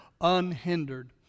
unhindered